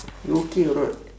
you okay or not